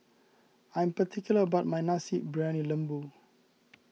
I am particular about my Nasi Briyani Lembu